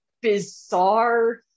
bizarre